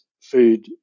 food